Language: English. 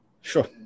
Sure